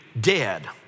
dead